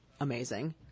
amazing